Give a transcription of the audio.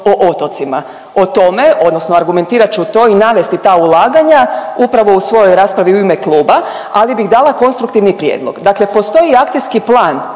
o otocima. O tome odnosno argumentirat ću to i navesti ulaganja upravo u svojoj raspravi u ime kluba, ali bih dala konstruktivni prijedlog. Dakle, postoji Akcijski plan